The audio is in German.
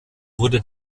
wurde